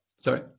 Sorry